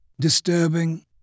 disturbing